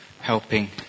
helping